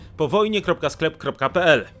powojnie.sklep.pl